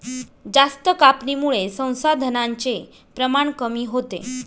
जास्त कापणीमुळे संसाधनांचे प्रमाण कमी होते